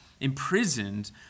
imprisoned